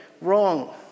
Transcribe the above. wrong